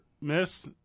Miss